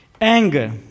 Anger